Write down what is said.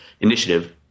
initiative